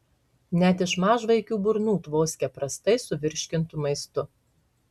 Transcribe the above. net iš mažvaikių burnų tvoskia prastai suvirškintu maistu